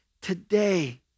today